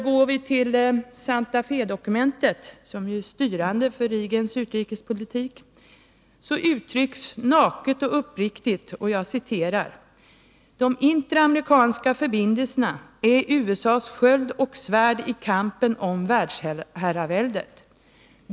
Går vi till Santa Fé-dokumentet, som är styrande för 33 Reagans utrikespolitik, ser vi det naket och uppriktigt uttryckt: ”De interamerikanska förbindelserna är USA:s sköld och svärd i kampen om världsherraväldet.